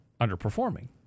underperforming